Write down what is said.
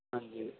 ਹਾਂਂਜੀ